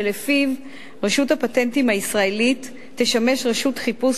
שלפיו רשות הפטנטים הישראלית תשמש רשות חיפוש